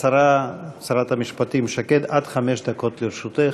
השרה, שרת המשפטים, שקד, עד חמש דקות לרשותך,